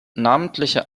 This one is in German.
namentliche